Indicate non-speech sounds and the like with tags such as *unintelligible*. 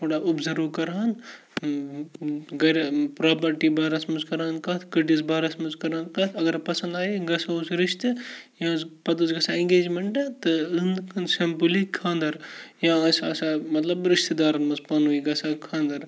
تھوڑا اُبزٲرُو کَرٕہَن گَرِ پراپرٹی بارَس منٛز کَرٕہَن کَتھ کٔٹِس بارَس منٛز کَرٕہَن کَتھ اَگَر پَسَنٛد آیہِ گژھو رِشتہٕ یہِ اوس پَتہٕ اوس گژھان اٮ۪نگیجمٮ۪نٛٹ تہٕ *unintelligible* سَمپُلی خانٛدَر یا ٲسۍ آسان مطلب رِشتہٕ دارَن منٛز پانہٕ ؤنۍ گژھان خانٛدَر